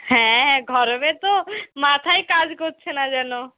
হ্যাঁ গরমে তো মাথাই কাজ করছে না যেন